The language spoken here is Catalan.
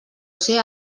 ser